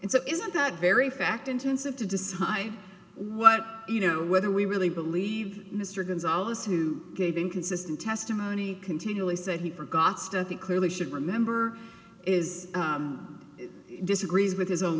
and so is it that very fact intensive to decide what you know whether we really believe mr gonzales who gave inconsistent testimony continually said he forgot stuff he clearly should remember is disagrees with his own